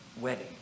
wedding